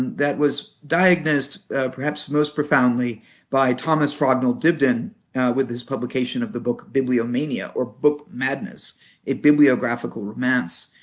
that was diagnosed perhaps most profoundly by thomas frognall dibdin with his publication of the book bibliomania or book madness a bibliographical romance,